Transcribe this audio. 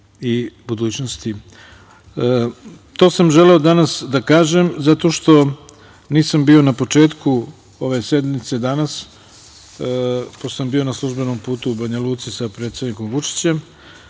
budućnosti. To sam želeo danas da kažem zato što nisam bio na početku ove sednice danas, pošto sam bio na službenom putu u Banja Luci sa predsednikom Vučićem. Druga